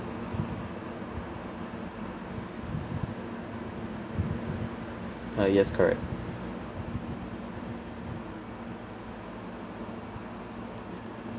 uh yes correct